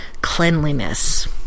Cleanliness